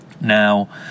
now